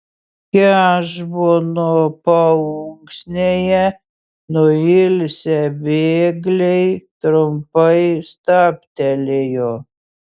hešbono paunksnėje nuilsę bėgliai trumpai stabtelėjo